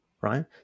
right